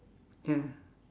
ya